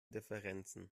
differenzen